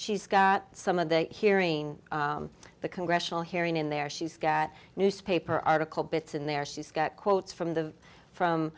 she's got some of the hearing the congressional hearing in there she's got a newspaper article bits in there she's got quotes from the from